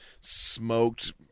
smoked